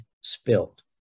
spilled